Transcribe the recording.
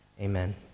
amen